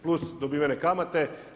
Plus dobivene kamate.